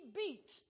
beat